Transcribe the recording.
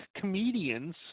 comedians